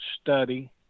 study